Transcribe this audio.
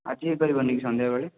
ଆଜି ହେଇପାରିବନି କି ସନ୍ଧ୍ୟାବେଳେ